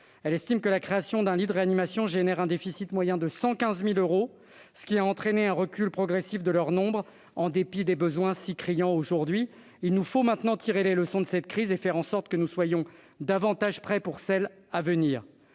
Elle estime que la création d'un lit de réanimation entraîne un déficit moyen de 115 000 euros, ce qui a entraîné un recul progressif du nombre de ces lits en dépit des besoins si criants aujourd'hui. Il nous faut maintenant tirer les leçons de cette crise et faire en sorte que nous nous préparions à celles à venir.